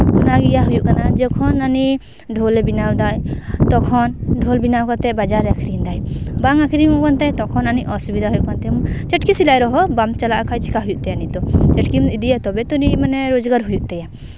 ᱚᱱᱟᱜᱮ ᱦᱩᱭᱩᱜ ᱠᱟᱱᱟ ᱡᱚᱠᱷᱚᱱ ᱟᱹᱱᱤᱡ ᱰᱷᱳᱞ ᱵᱮᱱᱟᱣ ᱫᱟᱭ ᱛᱚᱠᱷᱚᱱ ᱟᱹᱱᱤᱡ ᱰᱷᱳᱞ ᱵᱮᱱᱟᱣ ᱠᱟᱛᱮᱜ ᱵᱟᱡᱟᱨ ᱨᱮ ᱟᱠᱷᱨᱤᱧ ᱮᱫᱟᱭ ᱵᱟᱝ ᱟᱠᱷᱨᱤᱧᱚᱜ ᱠᱟᱱ ᱛᱟᱭᱟ ᱛᱚᱠᱷᱚᱱ ᱟᱹᱱᱤᱡ ᱚᱥᱩᱵᱤᱫᱷᱟ ᱦᱩᱭᱩᱜ ᱠᱟᱱ ᱛᱟᱭᱟ ᱪᱟᱹᱴᱠᱤ ᱥᱮᱞᱟᱭ ᱨᱮᱦᱚᱸ ᱵᱟᱢ ᱪᱟᱞᱟᱜ ᱠᱷᱟᱡ ᱪᱤᱠᱟ ᱦᱩᱭᱩᱜ ᱛᱟᱭᱟ ᱩᱱᱤᱫᱚ ᱪᱟᱹᱴᱠᱤᱢ ᱤᱫᱤᱭᱟ ᱛᱚᱵᱮ ᱛᱚ ᱩᱱᱤ ᱫᱚ ᱨᱳᱡᱽᱜᱟᱨ ᱦᱩᱭᱩᱜ ᱛᱟᱭᱟ